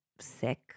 sick